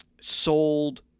sold